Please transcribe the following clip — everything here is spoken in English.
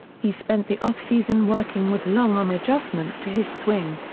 he spent the offseason working with long on adjustments to his swing.